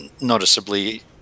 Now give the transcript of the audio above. noticeably